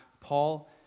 Paul